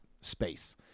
space